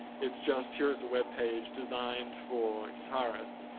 it's just here is a webpage designed for guitarists,